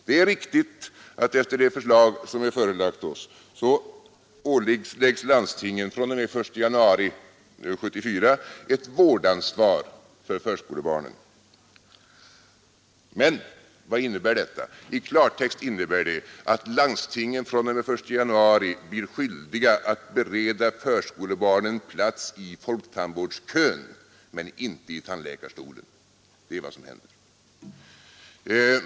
Det är riktigt att enligt det förslag som är förelagt oss åläggs landstingen från den 1 januari 1974 ett vårdansvar för förskolebarnen. Men vad innebär detta? I klartext innebär det att landstingen fr.o.m. den 1 januari blir skyldiga att bereda förskolebarn en plats i folktandvårdskön men inte i tandläkarstolen. Det är vad som händer.